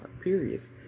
periods